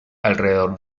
alrededor